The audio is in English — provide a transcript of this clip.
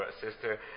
sister